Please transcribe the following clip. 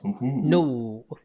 No